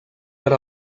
per